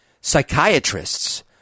psychiatrists